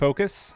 Focus